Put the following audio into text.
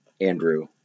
Andrew